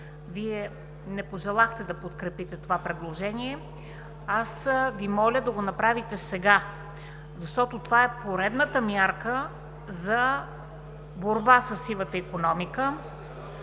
Вие не пожелахте да подкрепите това предложение. Аз Ви моля да го направите сега! Защото това е поредната мярка за борба със сивата икономика,